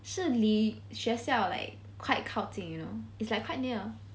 是离学校 like quite 靠近 you know it's like quite near